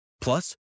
Plus